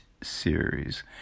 series